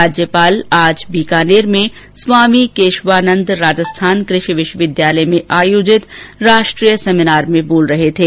राज्यपाल आज बीकानेर में स्वामी केशवानंद राजस्थान कृषि विश्वविद्यालय में आयोजित राष्ट्रीय सेमिनार में बोल रहे थे